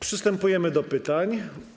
Przystępujemy do pytań.